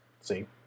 See